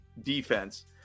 defense